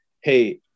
hey